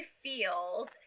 Feels